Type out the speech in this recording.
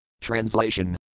Translation